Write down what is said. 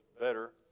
better